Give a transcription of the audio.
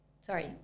sorry